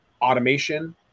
automation